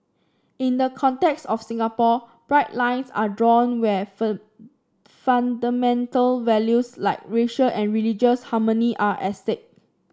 in the context of Singapore bright lines are drawn where fur fundamental values like racial and religious harmony are at stake